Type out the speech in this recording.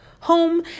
home